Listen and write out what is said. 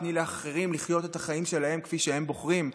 ותני לאחרים לחיות את החיים שלהם כפי שהם בוחרים.